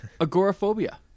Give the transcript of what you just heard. agoraphobia